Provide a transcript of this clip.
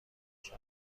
شرط